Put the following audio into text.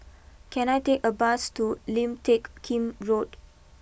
can I take a bus to Lim Teck Kim Road